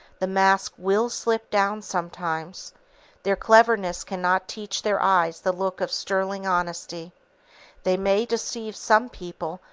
the mask will slip down sometimes their cleverness cannot teach their eyes the look of sterling honesty they may deceive some people,